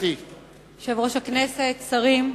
יושב-ראש הכנסת, שרים,